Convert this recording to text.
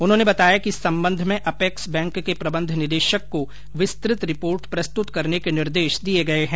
उन्होंने बताया कि इस संबंध में अपेक्स बैंक के प्रबंध निदेशक को विस्तृत रिपोर्ट प्रस्तृत करने के निर्देश दिये गये हैं